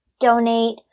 donate